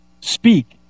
speak